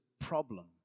problem